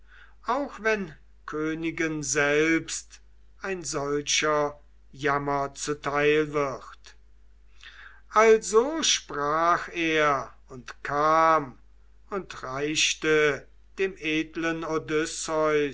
auch wenn königen selbst ein solcher jammer zuteil wird also sprach er und kam und reichte dem edlen